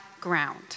ground